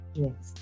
yes